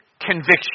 conviction